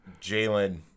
Jalen –